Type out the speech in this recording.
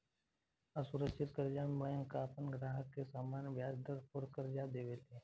असुरक्षित कर्जा में बैंक आपन ग्राहक के सामान्य ब्याज दर पर कर्जा देवे ले